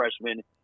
freshman